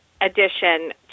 addition